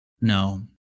No